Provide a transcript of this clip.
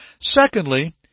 Secondly